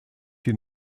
die